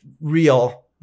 real